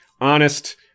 honest